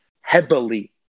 heavily